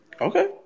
Okay